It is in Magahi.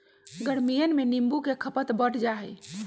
गर्मियन में नींबू के खपत बढ़ जाहई